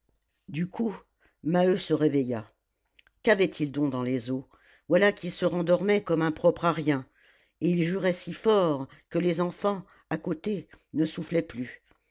du coup maheu se réveilla qu'avait-il donc dans les os voilà qu'il se rendormait comme un propre à rien et il jurait si fort que les enfants à côté ne soufflaient plus